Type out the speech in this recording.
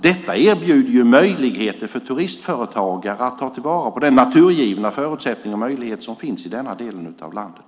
Detta erbjuder ju möjligheter för turistföretagare att ta till vara de naturgivna förutsättningar och möjligheter som finns i denna del av landet.